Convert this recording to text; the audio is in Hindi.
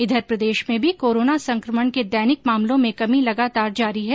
इधर प्रदेश में भी कोरोना संकमण के दैनिक मामलों में कमी लगातार जारी है